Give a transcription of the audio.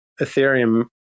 ethereum